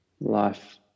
Life